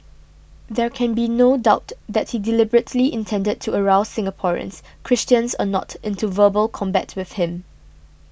there can be no doubt that he deliberately intended to arouse Singaporeans Christians or not into verbal combat with him